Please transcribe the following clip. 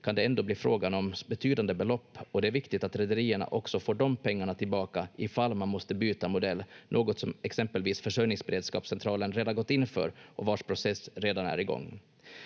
kan det ändå bli frågan om betydande belopp, och det är viktigt att rederierna också får de pengarna tillbaka ifall man måste byta modell, något som exempelvis Försörjningsberedskapscentralen redan gått in för och vars process redan är i gång.